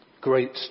Great